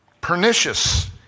pernicious